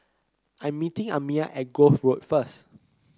I'm meeting Amiah at Grove Road first